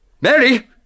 Mary